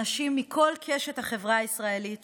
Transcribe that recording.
אנשים מכל קשת החברה הישראלית